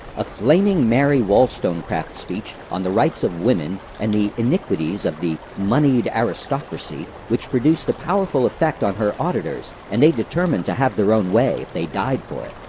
a flaming mary wollstonecraft speech on the rights of women and the iniquities of the moneyed aristocracy which produced a powerful effect on her auditors and they determined to have their own way, if they died for it.